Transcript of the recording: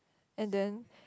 and then